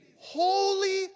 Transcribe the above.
holy